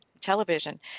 television